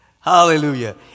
Hallelujah